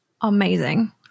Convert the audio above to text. Amazing